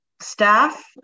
staff